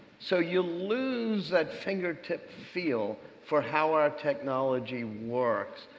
so you lose that fingertip feel for how our technology works.